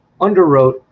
underwrote